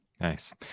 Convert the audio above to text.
nice